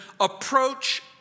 approach